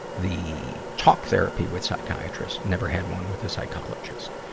the talk therapy with psychiatrist never had one with a psychologist.